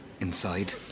Inside